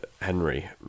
Henry